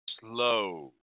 slow